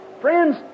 Friends